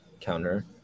counter